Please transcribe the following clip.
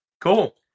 cool